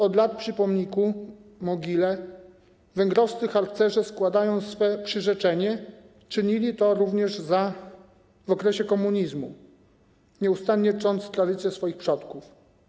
Od lat przy pomniku mogile węgrowscy harcerze składają swe przyrzeczenie, czynili to również w okresie komunizmu, nieustanie czcząc tradycje swoich przodków.